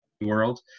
world